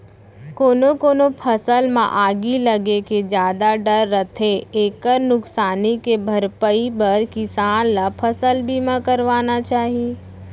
कोनो कोनो फसल म आगी लगे के जादा डर रथे एकर नुकसानी के भरपई बर किसान ल फसल बीमा करवाना चाही